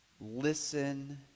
Listen